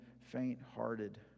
faint-hearted